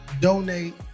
donate